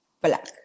Black